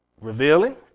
revealing